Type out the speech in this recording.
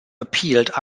appealed